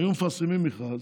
היו מפרסמים מכרז,